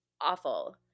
awful